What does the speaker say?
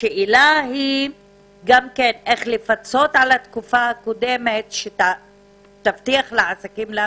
השאלה היא גם איך לפצות על התקופה הקודמת שתבטיח את המשך העסקים.